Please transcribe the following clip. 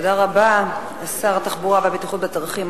תודה רבה לשר לבטיחות ותחבורה בדרכים,